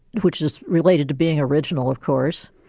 which is related to being original of course.